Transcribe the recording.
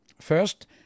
first